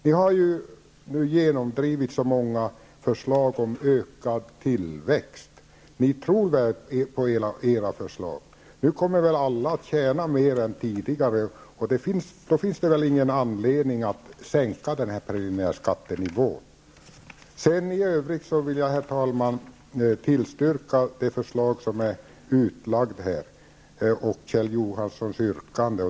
Ni har ju nu genomdrivit så många förslag om ökad tillväxt. Ni tror väl på era förslag? Nu kommer vi alla att tjäna mer än tidigare, och då finns det väl ingen anledning att sänka preliminärskattenivån. I övrigt vill jag, herr talman, tillstyrka det förslag som har delats ut i kammaren och Kjell Johanssons yrkande.